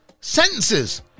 sentences